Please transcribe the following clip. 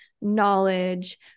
knowledge